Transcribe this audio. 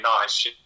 nice